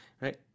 Right